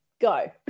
go